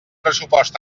pressupost